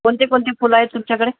कोणते कोणते फुलं आहेत तुमच्याकडे